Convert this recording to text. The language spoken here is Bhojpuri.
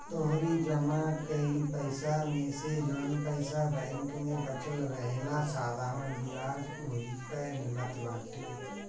तोहरी जमा कईल पईसा मेसे जवन पईसा बैंक में बचल रहेला साधारण बियाज ओही पअ मिलत बाटे